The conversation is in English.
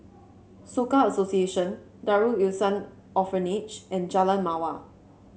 Soka Association Darul Ihsan Orphanage and Jalan Mawar